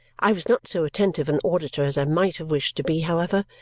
i was not so attentive an auditor as i might have wished to be, however,